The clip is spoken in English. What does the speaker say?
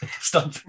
stop